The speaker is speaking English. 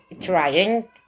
trying